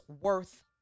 worth